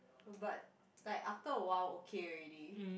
but like after awhile okay already